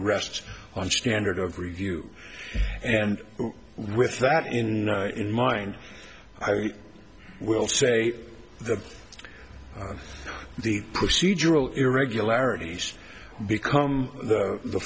rests on standard of review and with that in mind i will say the the procedural irregularities become the